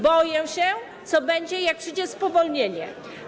Boją się, co będzie, jak przyjdzie spowolnienie.